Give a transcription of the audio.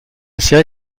série